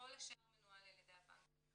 וכל השאר מנוהל על ידי הבנק.